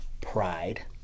pride